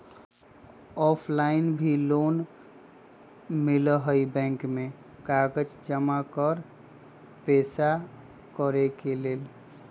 Offline भी loan मिलहई bank में कागज जमाकर पेशा करेके लेल?